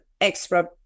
extra